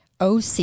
oc